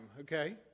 Okay